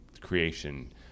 creation